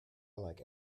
like